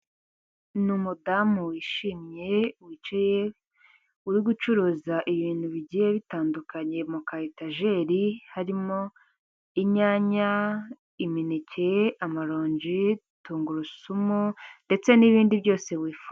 Ni umudamu wishimye wicaye uri gucuruza ibintu bigiye bitandukanye mu karitajeri, harimo inyanya, imineke, amaronji. tungurusumu ndetse n'ibindi byose wifuza.